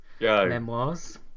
memoirs